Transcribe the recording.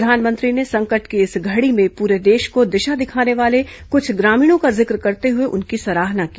प्रधानमंत्री ने संकट की इस घड़ी में पूरे देश को दिशा दिखाने वाले कुछ ग्रामीणों का जिक्र करते हुए उनकी सराहना की